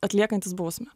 atliekantys bausmę